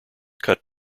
cut